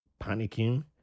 panicking